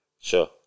Sure